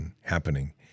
happening